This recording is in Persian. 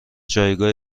جایگاه